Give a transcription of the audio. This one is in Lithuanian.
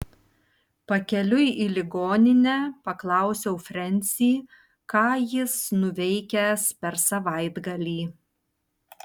pakeliui į ligoninę paklausiau frensį ką jis nuveikęs per savaitgalį